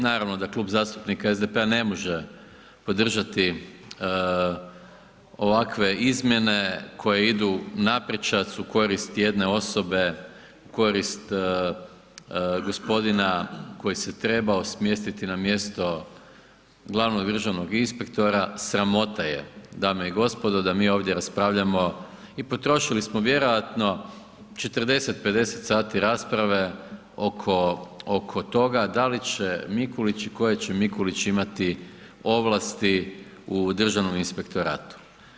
Naravno da Klub zastupnika SDP-a ne može podržati ovakve izmjene koje idu na prečac, u korist jedne osobe, korist g. koji se trebao smjestiti na mjesto glavnog državnog inspektora, sramota je, dame i gospodo, da mi ovdje raspravljamo i potrošili smo vjerojatno 40, 50 sati rasprave oko toga da li će Mikulić i koje će Mikulić imati ovlasti u Državnom inspektoratu.